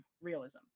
realism